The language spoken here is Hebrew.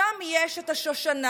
שם יש את השושנה,